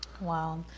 Wow